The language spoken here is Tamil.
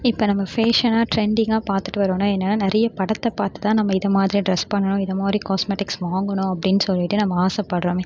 இப்போ நம்ம ஃபேஷனாக டிரெண்டிங்காக பார்த்துட்டு வரோம்ன்னா என்னென்ன நிறைய படத்தை பார்த்து தான் நம்ம இது மாதிரியா டிரெஸ் பண்ணணும் இந்த மாதிரி காஸ்மெட்டிக்ஸ் வாங்கணும் அப்படின்னு சொல்லிகிட்டு நம்ம ஆசைப்படுறோமே